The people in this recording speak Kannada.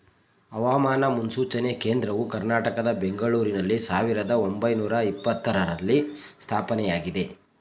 ಹವಾಮಾನ ಮುನ್ಸೂಚನೆ ಕೇಂದ್ರವು ಕರ್ನಾಟಕದ ಬೆಂಗಳೂರಿನಲ್ಲಿ ಸಾವಿರದ ಒಂಬೈನೂರ ಎಪತ್ತರರಲ್ಲಿ ಸ್ಥಾಪನೆಯಾಗಿದೆ